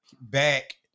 back